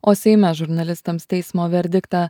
o seime žurnalistams teismo verdiktą